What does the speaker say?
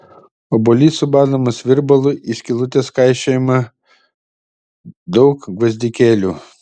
obuolys subadomas virbalu į skylutes kaišiojama daug gvazdikėlių